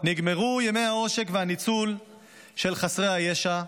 נגמרו ימי העושק והניצול של חסרי הישע.